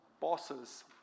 bosses